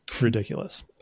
Ridiculous